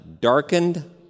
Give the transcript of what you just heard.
darkened